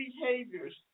behaviors